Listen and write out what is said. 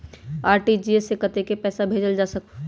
RTGS से कतेक पैसा भेजल जा सकहु???